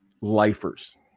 lifers